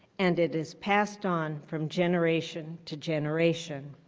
and it is passed on from generation to generation.